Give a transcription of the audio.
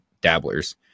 dabblers